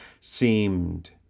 seemed